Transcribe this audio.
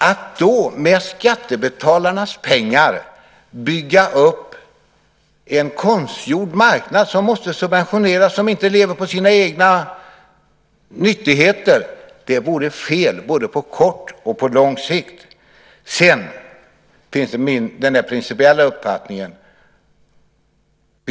Att då med skattebetalarnas pengar bygga upp en konstgjord marknad som måste subventioneras, som inte lever på sina egna nyttigheter, vore fel både på kort och lång sikt. Sedan finns det min principiella uppfattning.